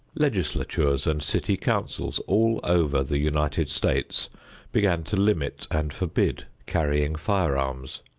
legislatures and city councils all over the united states began to limit and forbid carrying firearms.